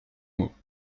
mots